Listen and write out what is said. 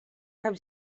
cap